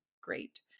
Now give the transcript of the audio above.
Great